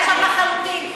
איבדת את זה עכשיו לחלוטין.